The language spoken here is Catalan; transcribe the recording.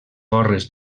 gorres